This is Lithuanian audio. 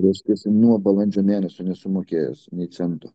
viską nuo balandžio mėnesio nesumokės nei cento